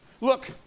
Look